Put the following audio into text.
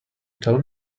tell